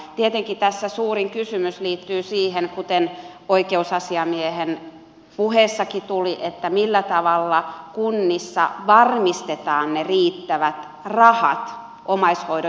tietenkin tässä suurin kysymys liittyy siihen kuten oikeusasiamiehen puheessakin tuli millä tavalla kunnissa varmistetaan ne riittävät rahat omaishoidon järjestämiseen